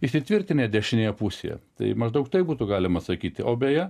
įsitvirtinę dešinėje pusėje tai maždaug taip būtų galima sakyti o beje